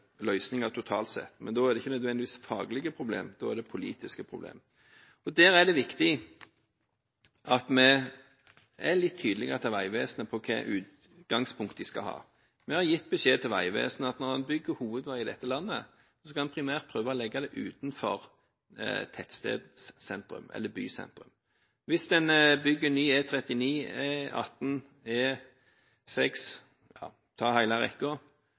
totalt sett. Men da er det ikke nødvendigvis faglige problem, da er det politiske problem. Der er det viktig at vi er litt tydelige på hvilket utgangspunkt Vegvesenet skal ha. Vi har gitt beskjed til Vegvesenet at når en bygger hovedveier i dette landet, skal en primært prøve å legge dem utenfor tettstedssentrum eller bysentrum. Hvis en bygger ny E39, E18, E6 – ta hele